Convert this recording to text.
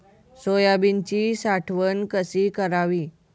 सोयाबीनची साठवण कशी करावी?